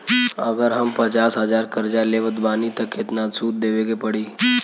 अगर हम पचास हज़ार कर्जा लेवत बानी त केतना सूद देवे के पड़ी?